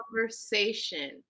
conversation